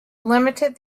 limited